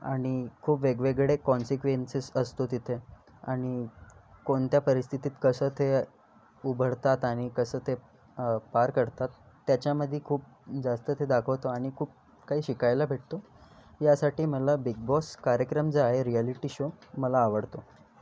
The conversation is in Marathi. आणि खूप वेगळेवेगळे कॉन्सिक्वेंसेस असतो तिथे आणि कोणत्या परिस्थितीत कसं ते उभरतात आणि कसं ते पार करतात त्याच्यामध्ये खूप जास्त ते दाखवतो आणि खूप काही शिकायला भेटतो यासाठी मला बिग बॉस कार्यक्रम जे आहे रियालिटी शो मला आवडतो